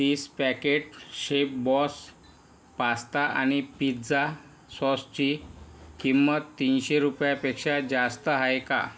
तीस packet Chef Boss pasta आणि pizza सॉसची किंमत तीनशे रुपया पेक्षा जास्त आहे का